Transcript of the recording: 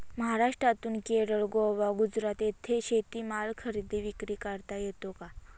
महाराष्ट्रातून केरळ, गोवा, गुजरात येथे शेतीमाल खरेदी विक्री करता येतो का?